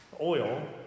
Oil